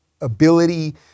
ability